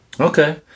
Okay